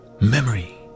Memory